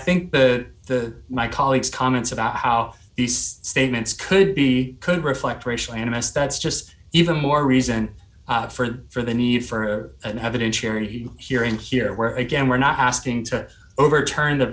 think that the my colleagues comments about how these statements could be could reflect racial animus that's just even more reason for the for the need for an evidentiary hearing here where again we're not asking to overturn the